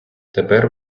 тепер